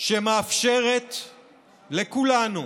שמאפשרת לכולנו,